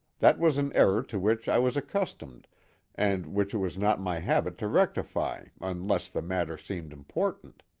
that was an error to which i was accustomed and which it was not my habit to rectify unless the matter seemed important.